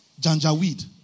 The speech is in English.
Janjaweed